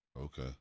Okay